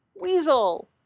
Weasel